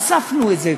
הוספנו את זה,